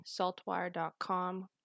saltwire.com